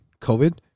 COVID